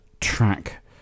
track